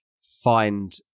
find